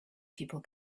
people